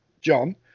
john